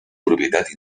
propietat